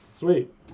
Sweet